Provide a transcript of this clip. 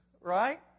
right